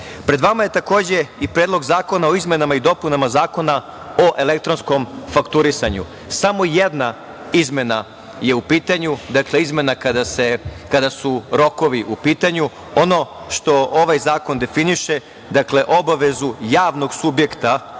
vama je, takođe, i Predlog zakona o izmenama i dopunama Zakona o elektronskom fakturisanju. Samo jedna izmena je u pitanju, dakle, izmena kada su rokovi u pitanju. Ono što ovaj zakon definiše, obavezu javnog subjekta,